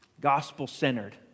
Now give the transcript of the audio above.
gospel-centered